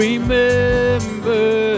Remember